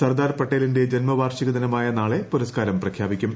സർദാർ പട്ടേലിന്റെ ജന്മവാർഷിക ദിനമായ നാളെ പുരസ്കാരം പ്രഖ്യാപിക്കും